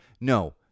no